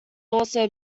also